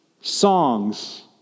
songs